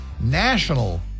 national